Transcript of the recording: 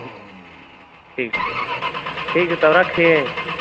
ठीक छै ठीक छै तब राखी